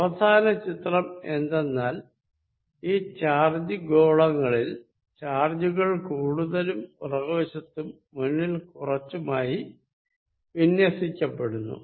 അവസാന ചിത്രം എന്തെന്നാൽ ഈ ചാർജ് ഗോളങ്ങളിൽ ചാർജുകൾ കൂടുതലും പിറകുവശത്തും മുന്നിൽ കുറച്ചുമായി വിന്യസിക്കപ്പെടുന്നു